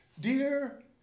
Dear